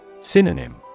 Synonym